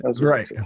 Right